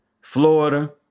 Florida